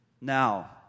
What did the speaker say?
Now